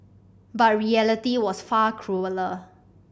but reality was far crueller